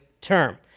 term